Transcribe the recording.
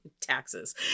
taxes